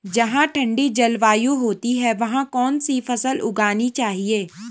जहाँ ठंडी जलवायु होती है वहाँ कौन सी फसल उगानी चाहिये?